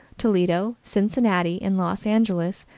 toledo, cincinnati and los angeles,